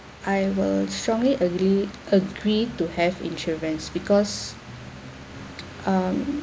I were strongly agree agree to have insurance because um